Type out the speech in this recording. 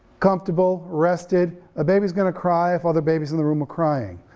comfortable, rested, a baby's gonna cry if other babies in the room are crying.